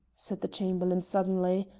said the chamberlain, suddenly,